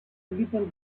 little